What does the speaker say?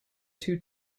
two